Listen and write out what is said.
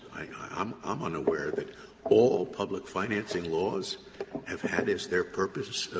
i'm um unaware that all public financing laws have had as their purpose